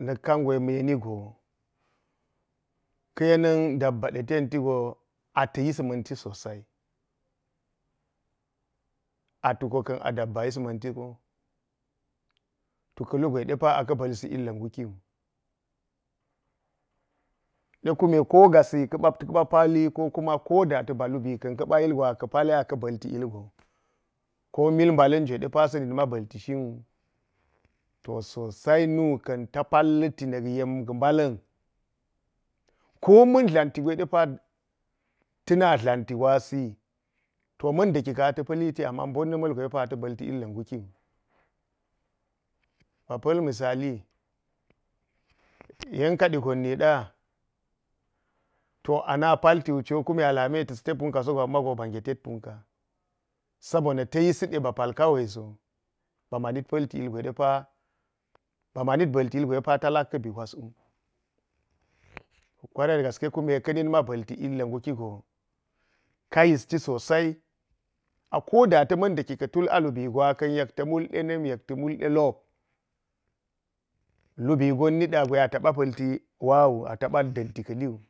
Nak kangwe ma̱ yemi go ka̱ yengu dabba tenti go ata̱ yis ma̱n dabba tenti go ata̱ yis ma̱n ti, so sai. A tuko ka̱n a dabba yis ma̱nti wo, ta̱ ka̱lu gwe a ba̱lsi ilga̱ nguki wu, ɗe kume ko gassi ka̱ɓa̱ pali so go balubii ki ɗe kigi aka ba̱lti ilgoni ko mil mbalan jwe sa̱ na̱t ma ba̱lti shinwu to vosai nu ka̱n ta pallat na̱k yen mba̱la̱n koman dla̱nti gwe de pa̱ ta dla̱nti gwasi, to, ma̱n da̱ki ka̱n a̱ta̱ pa̱li ti ama ban na̱ ma̱l gwe ata̱ ba̱lti ilga nguki wu ɓa pa̱l misali yen kaɗi gon niɗa to kume o naa lamti ta̱ste puka sowui ami mago mba nge tet punka, sa honna, ta yisi ɗe ba pal kawaiso ba manik palti ilgwe dopa ba manit ba̱l ilgwe ɗi pa ta lak ka mbi gwas wu. Kwarai da gaske kunde ka̱ nitma ba̱lti ilga̱ naukiwu ka yisti so sai, a koda ma̱n da̱k ka tul a hibi gwakan wu yek ta nul ɗe na̱n yek ta̱ mul de lop. Lubi gon niɗa gwe a ta̱ma da̱a̱mti ka̱li wu-a taɓa pa̱lti wa wu